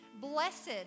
Blessed